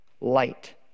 light